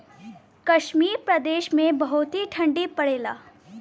कश्मीर प्रदेस मे बहुते ठंडी पड़ेला